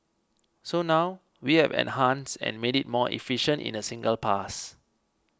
so now we have enhanced and made it more efficient in a single pass